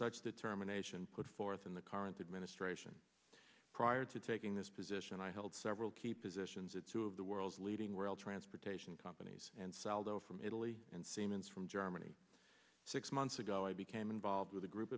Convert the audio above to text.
such determination put forth in the current administration prior to taking this position i held several key positions at two of the world's leading rail transportation companies and salvo from italy and siemens from germany six months ago i became involved with a group